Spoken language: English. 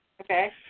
Okay